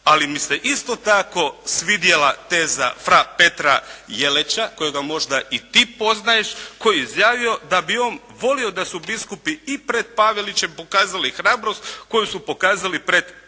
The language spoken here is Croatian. Ali mi se isto tako svidjela teza fra Petra Jelača kojega možda i ti poznaješ, koji je izjavio da bi on volio da su biskupi i pred Pavelićem pokazali hrabrost koju su pokazali pred Titom.